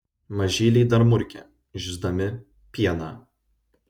mažyliai dar murkia žįsdami pieną